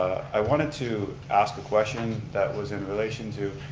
i wanted to ask a question that was in relationship to,